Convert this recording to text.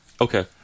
Okay